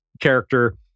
character